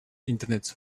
internet